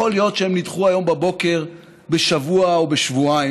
יכול להיות שהן נדחו היום בבוקר בשבוע או בשבועיים,